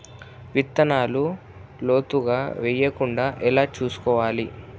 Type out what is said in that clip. విత్తనాలు లోతుగా వెయ్యకుండా ఎలా చూసుకోవాలి?